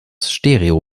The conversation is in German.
stereo